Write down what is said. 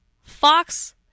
Fox